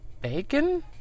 bacon